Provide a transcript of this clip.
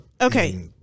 Okay